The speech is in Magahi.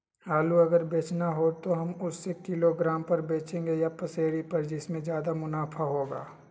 आलू अगर बेचना हो तो हम उससे किलोग्राम पर बचेंगे या पसेरी पर जिससे ज्यादा मुनाफा होगा?